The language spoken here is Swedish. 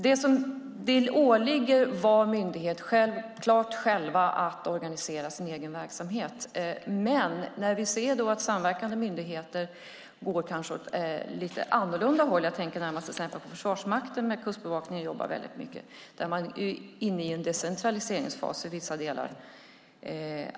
Det åligger självklart varje myndighet själv att organisera sin egen verksamhet, men ibland kan vi se att samverkande myndigheter kanske går åt lite annorlunda håll. Jag tänker närmast på till exempel Försvarsmakten som jobbar väldigt mycket med Kustbevakningen. Där är man inne i en decentraliseringsfas i vissa delar.